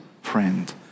friend